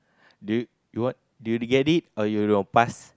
do you you want do you get it or you want pass